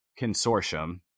consortium